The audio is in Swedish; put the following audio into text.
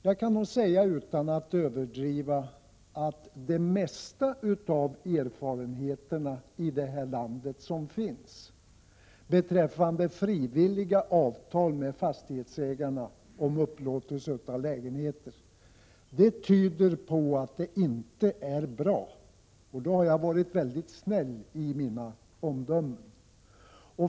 Jag kan säga, utan att överdriva, att de flesta erfarenheter från frivilliga avtal med fastighetsägarna i vårt land om upplåtelse av lägenheter tyder på att frivillighet inte är bra — och när jag säger det har jag varit snäll i mitt omdöme.